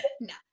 no